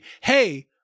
hey